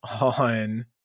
on